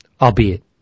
albeit